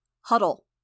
Huddle